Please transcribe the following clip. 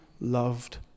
loved